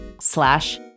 slash